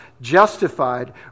justified